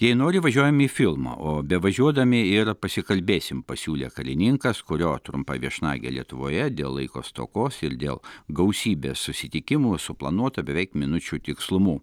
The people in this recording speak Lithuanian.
jei nori važiuojam į filmą o bevažiuodami ir pasikalbėsim pasiūlė karininkas kurio trumpą viešnagė lietuvoje dėl laiko stokos ir dėl gausybės susitikimų suplanuota beveik minučių tikslumu